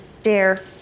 dare